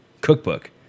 cookbook